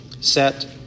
set